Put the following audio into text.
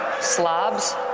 slobs